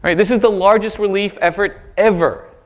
this is the largest relief effort ever